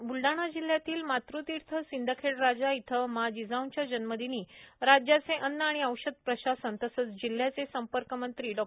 आज बूलडाणा जिल्ह्यातील मातृतीर्थ सिंदखेडराजा येथे माँ जिजाऊंच्या जन्मदिनी राज्याचे अन्न आणि औषध प्रशासन तसेच जिल्ह्याचे संपर्कमंत्री डॉ